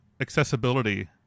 accessibility